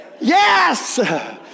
Yes